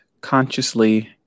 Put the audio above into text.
consciously